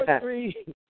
three